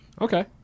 okay